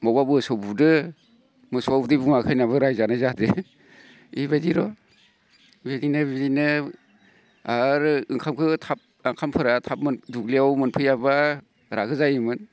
मबावबा मोसौ बुदो मोसौआ उदै बुङाखै होनना रायजानाय जादो इबायदिर' बिदिनो बिदिनो आरो ओंखामखो थाब आखामफोरा थाब दुब्लियाव मोनफैयाब्ला रागा जायोमोन